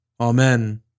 Amen